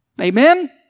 Amen